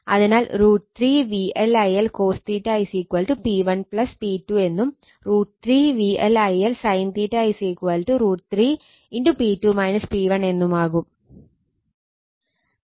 അതിനാൽ √ 3 VL ILcos P1 P2 എന്നും √ 3 VL IL sin √ 3 എന്നുമാകും